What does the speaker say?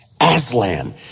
Aslan